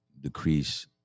decrease